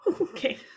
okay